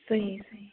صحیح صحیح